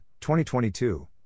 2022